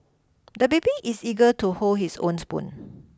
the baby is eager to hold his own spoon